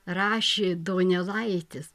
rašė donelaitis